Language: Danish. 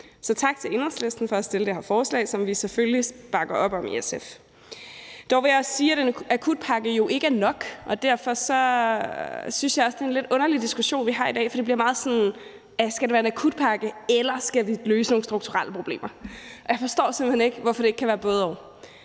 tak til Enhedslisten for at fremsætte det her forslag, som vi selvfølgelig bakker op om i SF. Dog vil jeg sige, at en akutpakke jo ikke er nok, og derfor synes jeg også, det er en lidt underlig diskussion, vi har i dag, for det bliver meget et spørgsmål om, om det skal være en akutpakke, eller om vi skal løse nogle strukturelle problemer. Og jeg forstår simpelt hen ikke, hvorfor det ikke kan være både-og.